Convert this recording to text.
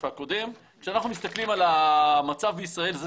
כשאנחנו מסתכלים על המצב בישראל זה